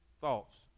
thoughts